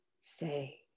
say